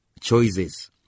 choices